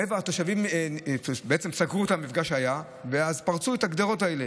התושבים סגרו את המפגש שהיה ואז פרצו את הגדרות האלה,